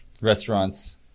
restaurants